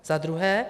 Za druhé.